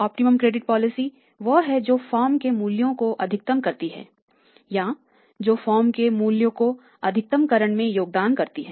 इष्टतम credit policy वह है जो फर्मों के मूल्य को अधिकतम करती है या जो फर्मों के मूल्य के अधिकतम करण में योगदान करती है